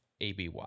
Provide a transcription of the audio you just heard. ABY